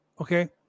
Okay